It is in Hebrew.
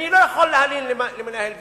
אני לא יכול להלין בפני מנהל בית-הספר,